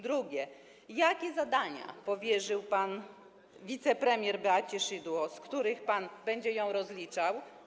Drugie: Jakie zadania powierzył pan wicepremier Beacie Szydło, z których pan będzie ją rozliczał?